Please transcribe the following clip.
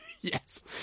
Yes